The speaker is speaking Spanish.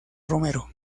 romero